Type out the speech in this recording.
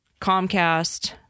Comcast